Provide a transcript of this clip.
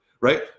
Right